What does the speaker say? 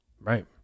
Right